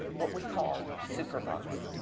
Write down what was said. what we call superbugs.